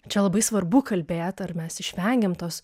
čia labai svarbu kalbėt ar mes išvengiam tos